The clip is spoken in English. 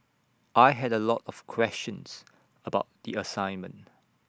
I had A lot of questions about the assignment